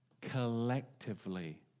collectively